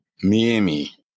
Miami